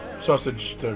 Sausage